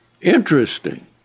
Interesting